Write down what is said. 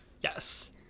Yes